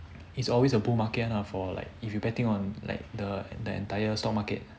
it's always a bull market one lah for like if you betting on like the the entire stock market